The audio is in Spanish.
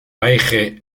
paige